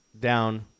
down